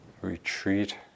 Retreat